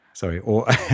Sorry